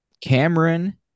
Cameron